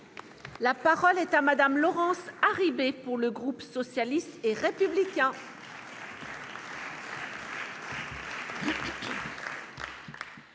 La parole est à Mme Laurence Harribey, pour le groupe socialiste et républicain.